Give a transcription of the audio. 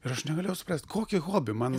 ir aš negalėjau suprast kokį hobį man